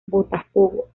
botafogo